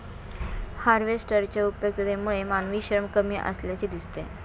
हार्वेस्टरच्या उपयुक्ततेमुळे मानवी श्रम कमी असल्याचे दिसते